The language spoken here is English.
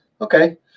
Okay